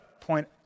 point